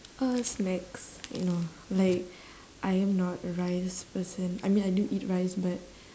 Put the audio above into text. uh snacks you know like I am not a rice person I mean I do eat rice but